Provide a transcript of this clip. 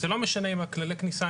זה לא משנה לגבי כללי הכניסה,